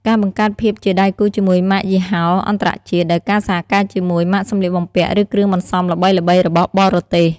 ការបង្កើតភាពជាដៃគូជាមួយម៉ាកយីហោអន្តរជាតិ ដោយការសហការជាមួយម៉ាកសម្លៀកបំពាក់ ឬគ្រឿងបន្សំល្បីៗរបស់បរទេស។